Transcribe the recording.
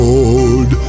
Lord